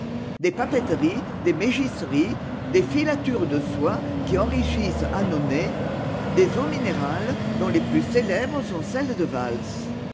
des papeteries des mégisseries des filatures de soie qui enrichissent annonay des eaux minérales dont les plus célèbres sont celles de vais